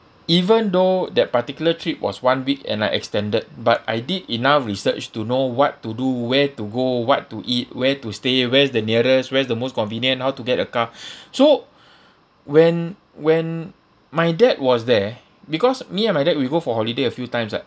even though that particular trip was one week and I extended but I did enough research to know what to do where to go what to eat where to stay where's the nearest where's the most convenient how to get a car so when when my dad was there because me and my dad we go for holiday a few times ah